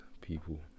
people